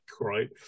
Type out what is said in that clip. right